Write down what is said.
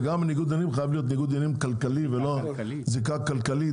וגם ניגוד עניינים חייב להיות זיקה כלכלית.